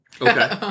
Okay